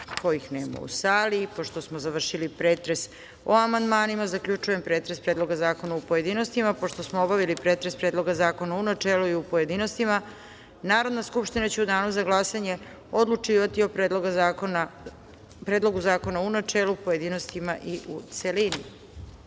poslaničke grupe. Pošto smo završili pretres o svim amandmanima, zaključujem pretres Predloga zakona, u pojedinostima. Pošto smo obavili pretres Predloga zakona u načelu i u pojedinostima, Narodna skupština će u danu za glasanje odlučivati o Predlogu zakona u načelu, pojedinostima i u